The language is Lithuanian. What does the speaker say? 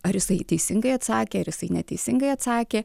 ar jisai teisingai atsakė ar jisai neteisingai atsakė